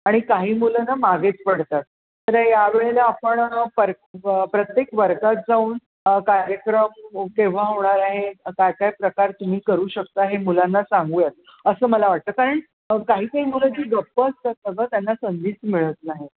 आणि काही मुलं ना मागेच पडतात तर यावेळेला आपण पर प्रत्येक वर्गात जाऊन कार्यक्रम केव्हा होणार आहे काय काय प्रकार तुम्ही करू शकता हे मुलांना सांगूयात असं मला वाटतं कारण काही काही मुलं जी गप्प असतात ना गं त्यांना संधीच मिळत नाही